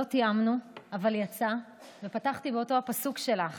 לא תיאמנו, אבל יצא שפתחתי באותו הפסוק שלך.